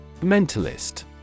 Mentalist